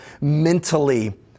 mentally